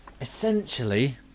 Essentially